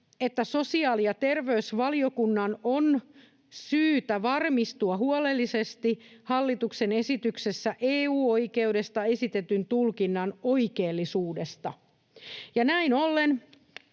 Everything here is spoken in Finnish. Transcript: että sosiaali- ja terveysvaliokunnan on syytä varmistua huolellisesti hallituksen esityksessä EU-oikeudesta esitetyn tulkinnan oikeellisuudesta. Ja näin ollen